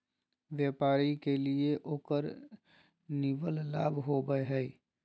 व्यापारी के लिए उकर निवल लाभ होबा हइ